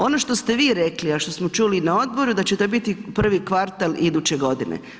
Ono što ste vi rekli, a što smo čuli i na odboru da će to biti prvi kvartal iduće godine.